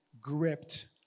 gripped